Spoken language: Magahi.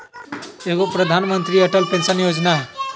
एगो प्रधानमंत्री अटल पेंसन योजना है?